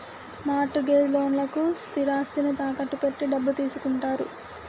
mart gauge లోన్లకు స్థిరాస్తిని తాకట్టు పెట్టి డబ్బు తీసుకుంటారు